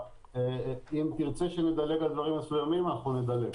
אם תרצה שנדלג על דברים מסוימים אנחנו נדלג.